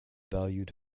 valued